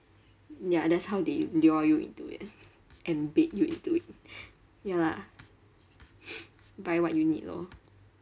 ya that's how they lure you into it and bait you into it ya lah buy what you need lor